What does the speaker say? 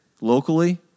locally